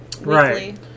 Right